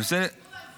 מגיע להם